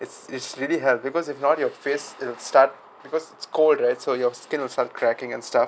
it's it's really help because if not your face it'll start because it's cold right so your skin will start cracking and stuff